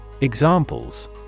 Examples